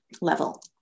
level